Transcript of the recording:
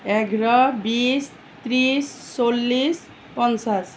এঘাৰ বিশ ত্ৰিছ চল্লিচ পঞ্চাশ